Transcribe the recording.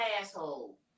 asshole